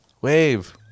Wave